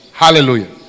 hallelujah